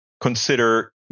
Consider